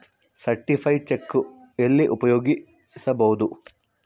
Certified cheque ಎಲ್ಲಿ ಉಪಯೋಗಿಸ್ಬೋದು?